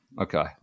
Okay